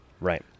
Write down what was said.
Right